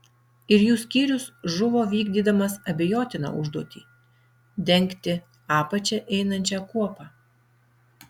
ir jų skyrius žuvo vykdydamas abejotiną užduotį dengti apačia einančią kuopą